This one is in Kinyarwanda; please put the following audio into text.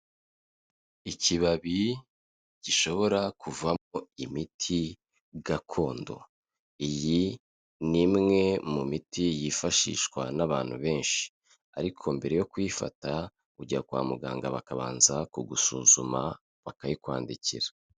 Ikibabi gishobora kuvamo imiti gakondo, iyi ni imwe mu miti yifashishwa n'abantu benshi, ariko mbere yo kuyifata ujya kwa muganga bakabanza kugusuzuma bakayikwandikira.